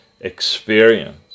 experience